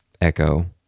Echo